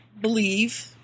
believe